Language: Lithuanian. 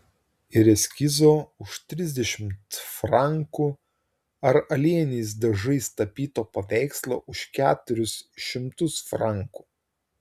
ir eskizo už trisdešimt frankų ar aliejiniais dažais tapyto paveikslo už keturis šimtus frankų